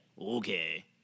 okay